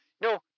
no